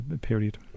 period